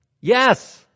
Yes